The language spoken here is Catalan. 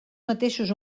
mateixos